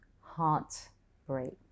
heartbreak